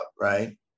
right